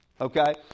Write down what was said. Okay